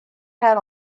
pad